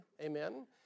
amen